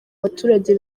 baturage